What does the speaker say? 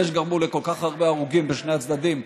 אלה שגרמו לכל כך הרבה הרוגים בשני הצדדים,